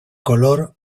color